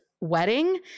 wedding